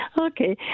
Okay